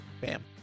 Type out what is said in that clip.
bam